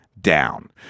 down